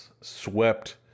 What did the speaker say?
swept